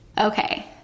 Okay